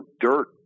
dirt